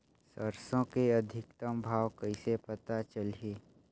सरसो के अधिकतम भाव कइसे पता चलही?